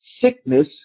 Sickness